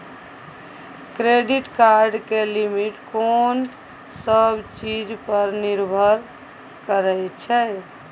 Credit card के limit कोन सब चीज पर निर्भर करै छै?